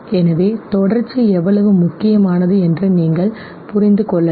எனவே தொடர்ச்சி எவ்வளவு முக்கியமானது என்று நீங்கள் புரிந்து கொள்ளலாம்